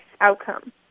outcome